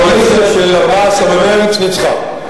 הקואליציה, נכון, ו"קואליציית 14 במרס" ניצחה.